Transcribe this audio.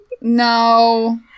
No